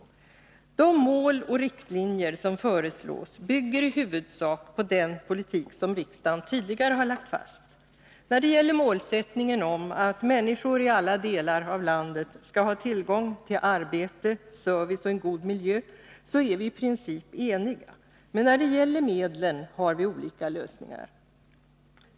De mål och riktlinjer som föreslås bygger i huvudsak på den politik som riksdagen tidigare har lagt fast. När det gäller målsättningen att människor i alla delar av landet skall ha tillgång till arbete, service och en god miljö är vi i princip eniga, men när det gäller medlen har vi olika lösningar.